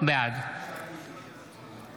בעד